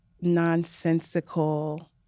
nonsensical